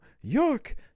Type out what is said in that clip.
York